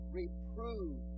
reprove